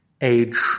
age